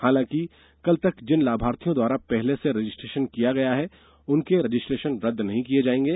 हालांकि कल तक जिन लाभार्थियों द्वारा पहले से रजिस्ट्रेशन किया गया है उनके रजिस्ट्रेशन रद्द नहीं किये जायेंगे